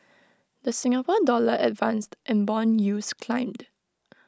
the Singapore dollar advanced and Bond yields climbed